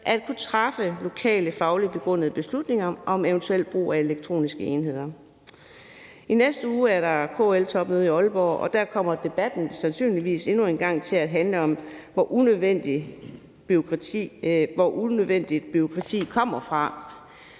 at kunne træffe lokale fagligt begrundede beslutninger om eventuel brug af elektroniske enheder. I næste uge er der KL-topmøde i Aalborg, og der kommer debatten sandsynligvis endnu en gang til at handle om, hvor unødvendigt bureaukrati kommer fra,